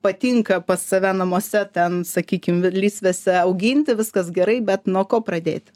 patinka pas save namuose ten sakykim lysvėse auginti viskas gerai bet nuo ko pradėti